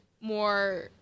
more